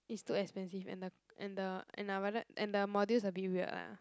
it's too expensive and the and the and I rather and the modules a bit weird ah